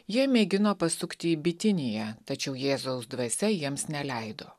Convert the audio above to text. jie mėgino pasukti į bitiniją tačiau jėzaus dvasia jiems neleido